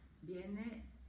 viene